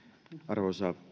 arvoisa